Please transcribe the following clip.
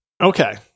Okay